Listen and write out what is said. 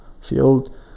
field